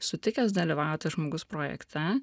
sutikęs dalyvauti žmogus projekte